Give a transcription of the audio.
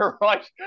right